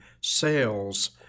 sales